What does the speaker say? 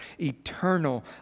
Eternal